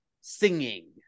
singing